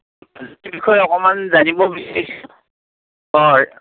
মাজুলীৰ বিষয়ে অকণমান জানিব বিচাৰিছোঁ অঁ